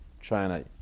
China